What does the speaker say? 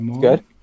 Good